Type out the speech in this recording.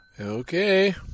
Okay